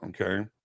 Okay